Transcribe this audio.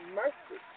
mercy